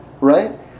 right